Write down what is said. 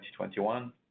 2021